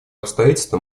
обстоятельство